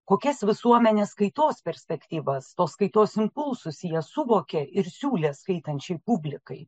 kokias visuomenės kaitos perspektyvas tos kaitos impulsus jie suvokė ir siūlė skaitančiai publikai